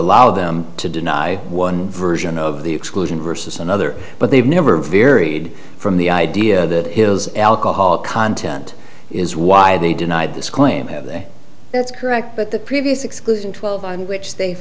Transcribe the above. allow them to deny one version of the exclusion versus another but they've never varied from the idea that hill's alcohol content is why they deny this claim have they that's correct but the previous exclusion twelve on which